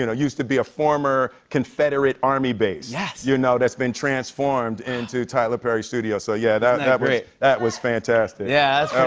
you know used to be a former confederate army base. yes. you know, that's been transformed into tyler perry studios. so, yeah. isn't that and great? that was fantastic. yeah,